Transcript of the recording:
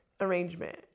arrangement